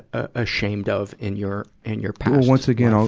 ashamed of in your, in your past. once again, um